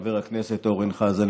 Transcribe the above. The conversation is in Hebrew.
חבר הכנסת אורן חזן,